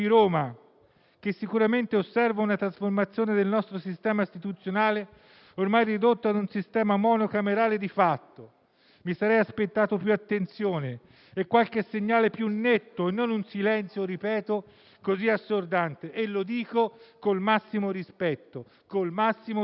che sicuramente osserva la trasformazione del nostro sistema istituzionale, ormai ridotto a un sistema monocamerale di fatto. Mi sarei aspettato una maggiore attenzione e qualche segnale più netto, e non un silenzio - ripeto - così assordante. E lo dico davvero con il massimo rispetto.